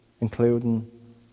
including